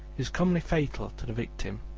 is commonly fatal to the victim.